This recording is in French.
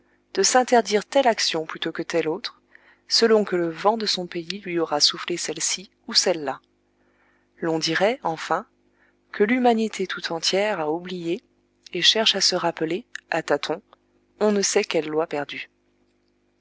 de s'interdire telle action plutôt que telle autre selon que le vent de son pays lui aura soufflé celle-ci ou celle-là l'on dirait enfin que l'humanité tout entière a oublié et cherche à se rappeler à tâtons on ne sait quelle loi perdue